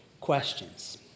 Questions